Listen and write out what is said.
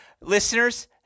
listeners